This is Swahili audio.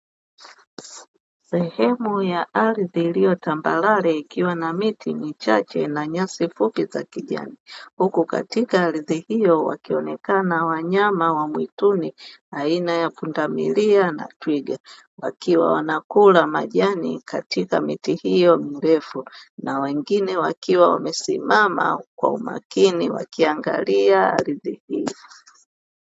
Sehemu ya ardhi iliyo tambalale ikiwa na miti michache na nyasi fupi za kijani. Huku katika ardhi hiyo wakionekana wanyama wa mwituni, aina ya punda milia na twiga. Wakiwa wanakula majani katika miti hiyo mirefu na wengine wakiwa wamesimama kwa umakini, wakiangalia ardhi iliyo.